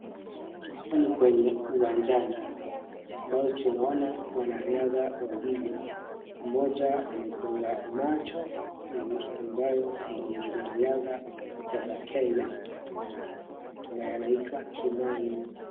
Hapa ni kwenye uwanjani amabyo tunaona wanariadha wawili. Mmoja amefunga macho amabyo ni mwanariadha kutoka Kenya ambaye anaitwa Kimani.